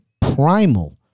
primal